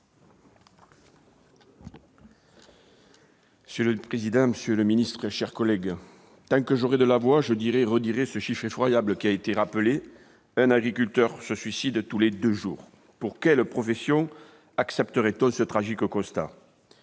Monsieur le président, monsieur le ministre, mes chers collègues, tant que j'aurai de la voix, je dirai et redirai ce chiffre effroyable, qui a déjà été évoqué : un agriculteur se suicide tous les deux jours ! Pour quelle autre profession accepterait-on ce tragique constat ?